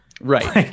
Right